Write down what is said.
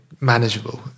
manageable